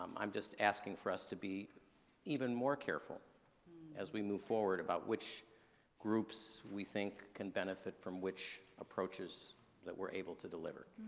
um i'm just asking for us to be even more careful as we move forward about which groups we think can benefit from which approaches that we're able to deliver.